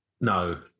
No